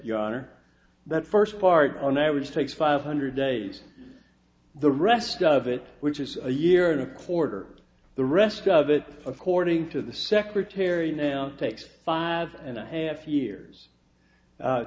your honor but first part on average takes five hundred days the rest of it which is a year and a quarter the rest of it according to the secretary now takes five and a half years